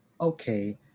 okay